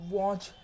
watch